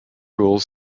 rules